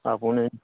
আপুনি